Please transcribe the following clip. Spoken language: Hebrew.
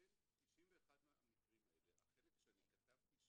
בין 91 מהמקרים האלה, החלק שאני כתבתי,